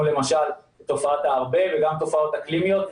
למשל תופעת הארבה וגם תופעות אקלימיות,